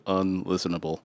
unlistenable